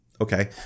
Okay